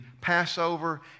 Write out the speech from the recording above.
Passover